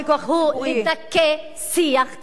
המטרה של החוק היא לדכא שיח ציבורי,